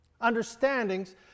understandings